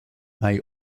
may